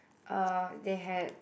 uh they had